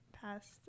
past